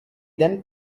then